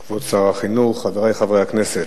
כבוד שר החינוך, חברי חברי הכנסת,